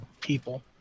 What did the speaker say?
people